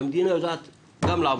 והמדינה גם יודעת לעבוד.